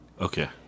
Okay